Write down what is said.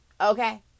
okay